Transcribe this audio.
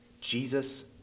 Jesus